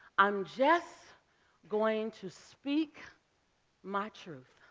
i'm just going to speak my truth